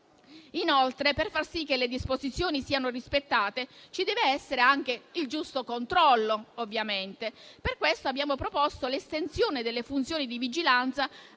Inoltre, per far sì che le disposizioni siano rispettate, ci deve essere anche il giusto controllo. Per questo abbiamo proposto l'estensione delle funzioni di vigilanza